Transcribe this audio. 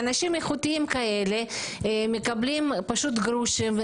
ואנשים כאלה איכותיים מקבלים פשוט גרושים,